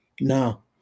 No